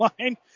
line